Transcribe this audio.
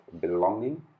belonging